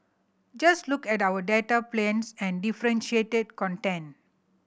just look at our data plans and differentiated content